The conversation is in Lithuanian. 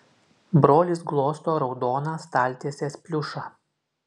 brolis glosto raudoną staltiesės pliušą